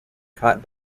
caught